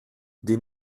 des